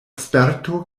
sperto